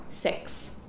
Six